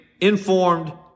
informed